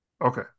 Okay